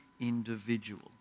individual